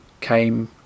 came